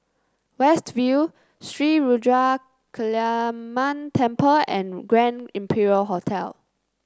West View Sri Ruthra Kaliamman Temple and Grand Imperial Hotel